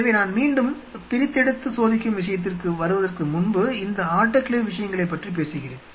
எனவே நான் மீண்டும் பிரித்தெடுத்து சோதிக்கும் விஷயத்திற்கு வருவதற்கு முன்பு இந்த ஆட்டோகிளேவ் விஷயங்களைப் பற்றி பேசுகிறேன்